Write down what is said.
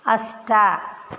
अष्ट